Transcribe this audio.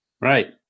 Right